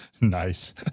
nice